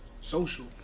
social